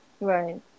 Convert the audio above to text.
Right